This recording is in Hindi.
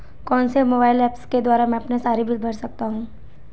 कौनसे मोबाइल ऐप्स के द्वारा मैं अपने सारे बिल भर सकता हूं?